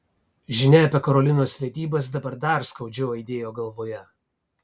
žinia apie karolinos vedybas dabar dar skaudžiau aidėjo galvoje